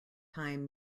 time